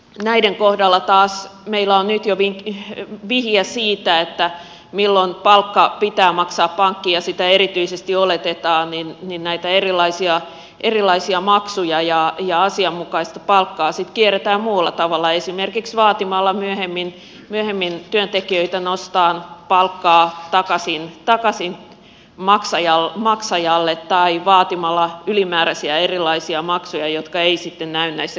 näiden kohdalla taas meillä on nyt jo vihiä siitä milloin palkka pitää maksaa pankkiin ja sitä erityisesti oletetaan niin näitä erilaisia maksuja ja asianmukaista palkkaa sitten kierretään muulla tavalla esimerkiksi vaatimalla myöhemmin työntekijöitä nostamaan palkkaa takaisin maksajalle tai vaatimalla erilaisia ylimääräisiä maksuja jotka eivät sitten näy näissä kirjanpidoissa